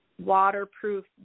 waterproof